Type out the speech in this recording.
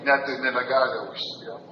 net nebegali užsiimt